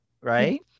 right